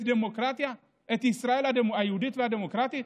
את ישראל היהודית והדמוקרטית?